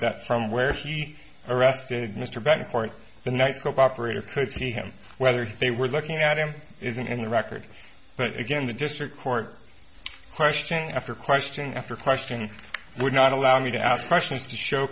that from where he arrested mr betancourt the nightscope operator could see him whether they were looking at him isn't in the record but again the district court question after question after question would not allow me to ask questions to show